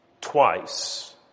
Twice